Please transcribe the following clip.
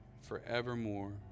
forevermore